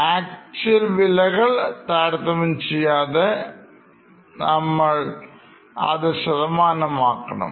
Actual വിലകൾ താരതമ്യം ചെയ്യാതെ നമ്മൾ ആദ്യം ശതമാനമാക്കണം